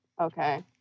Okay